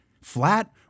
flat